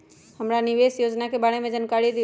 हमरा निवेस योजना के बारे में जानकारी दीउ?